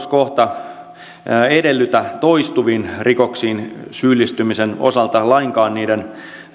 kohta edellytä toistuviin rikoksiin syyllistymisen osalta lainkaan niiden